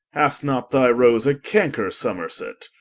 hath not thy rose a canker, somerset?